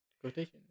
Quotation